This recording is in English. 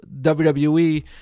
WWE